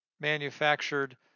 manufactured